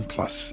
Plus